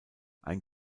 einen